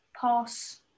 pass